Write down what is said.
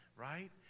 right